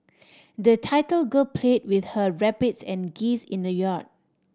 the little girl played with her rabbits and geese in the yard